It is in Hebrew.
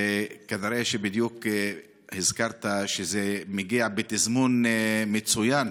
וכנראה שבדיוק הזכרת שזה מגיע בתזמון מצוין,